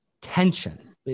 tension